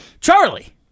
Charlie